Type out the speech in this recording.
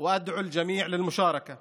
ואין סיכוי שהם יוותרו על זכויות אלו.